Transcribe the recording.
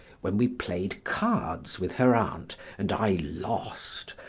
when we played cards with her aunt and i lost,